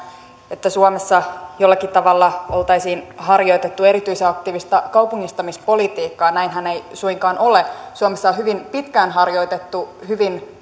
että suomessa jollakin tavalla oltaisiin harjoitettu erityisen aktiivista kaupungistamispolitiikkaa näinhän ei suinkaan ole suomessa on hyvin pitkään harjoitettu hyvin